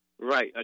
Right